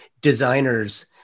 designers